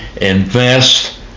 invest